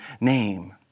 name